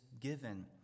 given